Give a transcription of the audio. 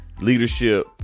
leadership